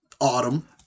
autumn